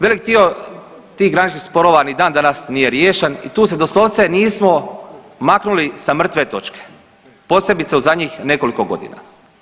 Velik dio tih graničnih sporova ni dan danas nije riješen i tu se doslovce nismo maknuli sa mrtve točke, posebice u zadnjih nekoliko godina.